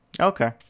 okay